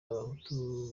abahutu